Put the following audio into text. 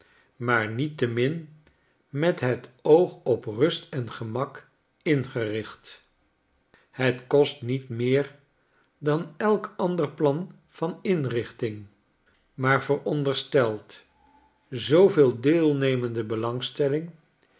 maar niettemin met het oog op rust en gemak ingericht het kost niet meer dan elk ander plan van inrichting maar veronderstelt zooveel deelnemende belangstelling